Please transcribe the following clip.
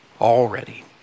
already